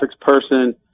person